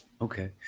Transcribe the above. Okay